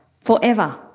forever